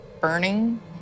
burning